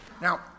Now